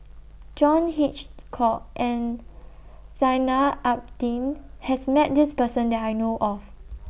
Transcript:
John Hitchcock and Zainal Abidin has Met This Person that I know of